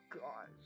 god